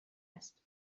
است